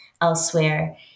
elsewhere